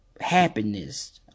Happiness